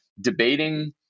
debating